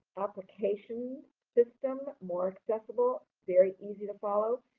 application system more accessible, very easy to follow,